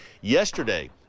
Yesterday